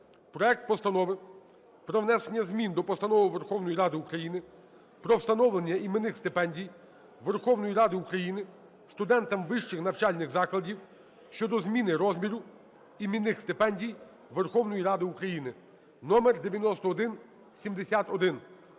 проект Постанови про внесення змін до Постанови Верховної Ради України "Про встановлення іменних стипендій Верховної Ради України студентам вищих навчальних закладів" щодо зміни розміру іменних стипендій Верховної Ради України (№ 9171).